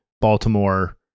Baltimore